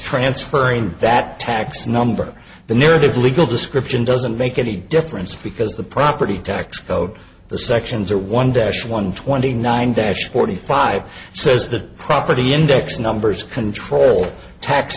transferring that tax number the near the legal description doesn't make a the difference because the property tax code the sections are one dash one twenty nine dash forty five says the property index numbers control tax